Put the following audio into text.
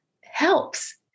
helps